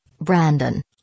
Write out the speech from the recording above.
Brandon